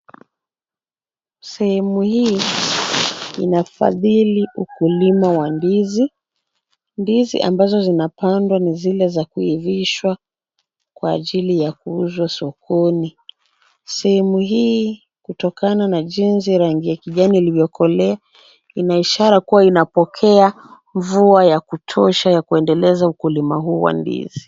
Sehemu hii inafadhili ukulima wa ndizi. Ndizi ambazo zinapandwa ni zile za kuivishwa kwa ajili ya kuuzwa sokoni. Sehemu hii kutokana na jinsi rangi ya kijani ilivyokolea ina ishara kuwa inapokea mvua ya kutosha ya kuendeleza ukulima huu wa ndizi.